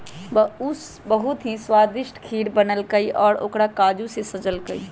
उ बहुत ही स्वादिष्ट खीर बनल कई और ओकरा काजू से सजल कई